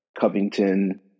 Covington